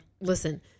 listen